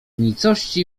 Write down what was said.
nicości